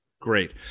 Great